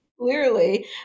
clearly